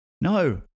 No